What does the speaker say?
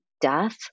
death